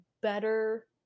better